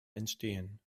entstehen